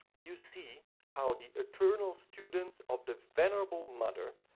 you see how the eternal students of the venerable mother,